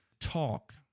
talk